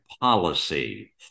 policy